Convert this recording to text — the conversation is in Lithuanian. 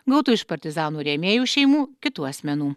gautų iš partizanų rėmėjų šeimų kitų asmenų